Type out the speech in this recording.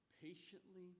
patiently